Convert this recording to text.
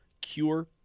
cure